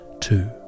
two